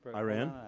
iran?